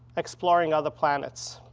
exploring other planets.